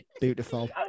Beautiful